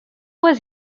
was